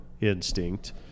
instinct